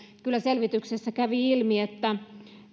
kyllä selvityksessä kävi ilmi että